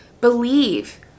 believe